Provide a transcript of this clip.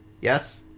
Yes